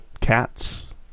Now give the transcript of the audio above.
cats